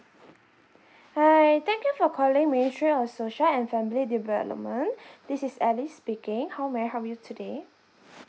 hi thank you for calling ministry of social and family development this is alice speaking how may I help you today